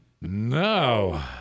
No